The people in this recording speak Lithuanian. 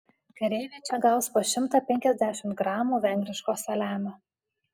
kareiviai čia gaus po šimtą penkiasdešimt gramų vengriško saliamio